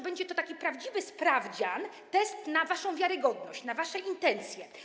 Będzie to taki prawdziwy sprawdzian, test na waszą wiarygodność, test waszych intencji.